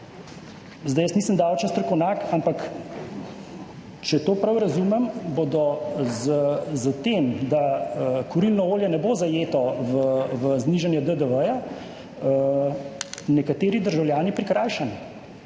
Zdaj jaz nisem davčni strokovnjak, ampak če prav razumem, bodo s tem, da kurilno olje ne bo zajeto v znižanju DDV, nekateri državljani prikrajšani.